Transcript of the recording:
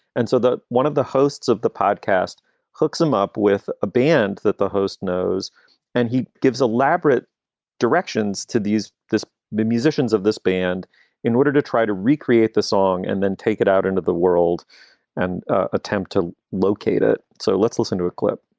and so that one of the hosts of the podcast hooks him up with a band that the host knows and he gives elaborate directions to these. this the musicians of this band in order to try to recreate the song and then take it out into the world and attempt to locate it so let's listen to a clip